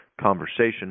conversation